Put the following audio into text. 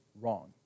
wrong